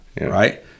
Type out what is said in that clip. Right